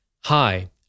Hi